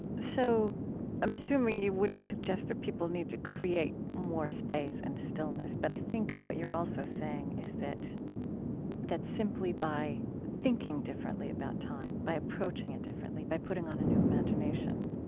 so i'm assuming you would suggest that more people need to create more space and stillness, but i think what you're also saying is that that simply by thinking differently about time, by approaching it differently, by putting on a new imagination,